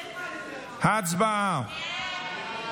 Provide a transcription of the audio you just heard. הצבעה.